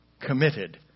committed